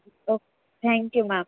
O thank you ma'am